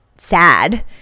sad